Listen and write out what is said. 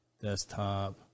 Desktop